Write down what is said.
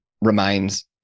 remains